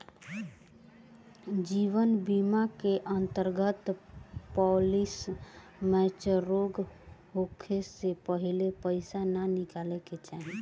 जीवन बीमा के अंतर्गत पॉलिसी मैच्योर होखे से पहिले पईसा ना निकाले के चाही